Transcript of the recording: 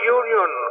union